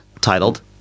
titled